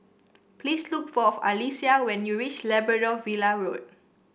please look for of Alyssia when you reach Labrador Villa Road